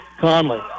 Conley